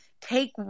take